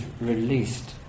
released